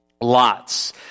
Lots